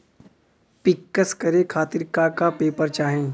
पिक्कस करे खातिर का का पेपर चाही?